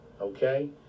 Okay